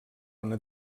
una